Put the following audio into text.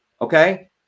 okay